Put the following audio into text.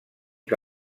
que